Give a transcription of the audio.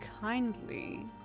kindly